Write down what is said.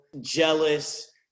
jealous